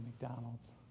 McDonald's